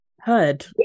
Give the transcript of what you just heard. Heard